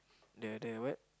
the the what